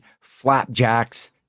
flapjacks